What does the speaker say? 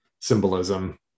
Symbolism